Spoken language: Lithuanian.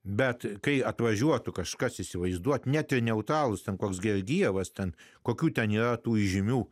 bet kai atvažiuotų kažkas įsivaizduoti net ir neutralūs ten koks gi dievas ten kokių ten ne tų įžymių